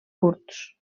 curts